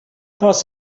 das